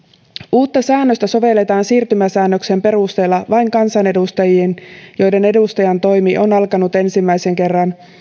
uutta säännöstä sovelletaan siirtymäsäännöksen perusteella vain kansanedustajiin joiden edustajantoimi on alkanut ensimmäisen kerran